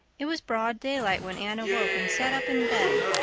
it was broad daylight when anne awoke and sat up in bed,